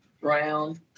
Brown